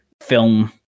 film